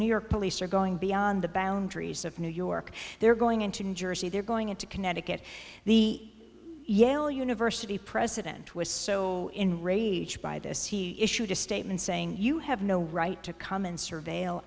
new york police are going beyond the boundaries of new york they're going into new jersey they're going into connecticut the yale university president was so enraged by this he issued a statement saying you have no right to come and surve